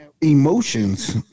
emotions